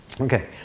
Okay